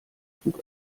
trug